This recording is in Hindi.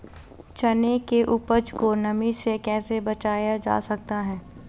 चने की उपज को नमी से कैसे बचाया जा सकता है?